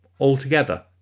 altogether